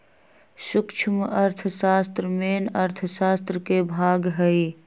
सूक्ष्म अर्थशास्त्र मेन अर्थशास्त्र के भाग हई